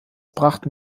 brachten